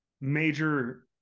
major